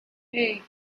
hey